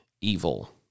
evil